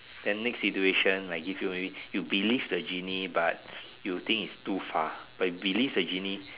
then next situation I give you maybe you believe the genie but you think it's too far but you believe the genie